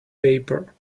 paper